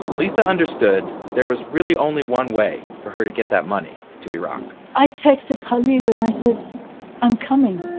lisa understood there was really only one way for her to get that money to iraq i texted khalil and i said i'm coming